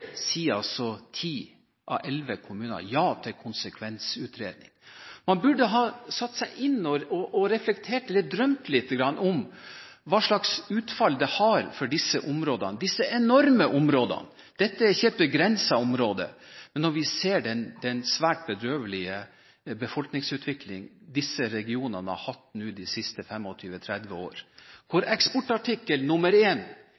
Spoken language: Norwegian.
altså ti av elleve kommuner ja til konsekvensutredning. Man burde ha satt seg inn i, og reflektert litt rundt, hva slags utfall det har for disse enorme områdene. Dette er ikke et begrenset område. Men vi ser den svært bedrøvelige befolkningsutviklingen disse regionene har hatt de siste 25–30 årene, hvor